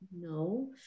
no